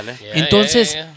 entonces